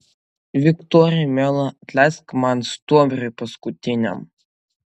viktorija miela atleisk man stuobriui paskutiniam